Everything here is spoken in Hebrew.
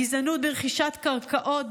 הגזענות ברכישת קרקעות,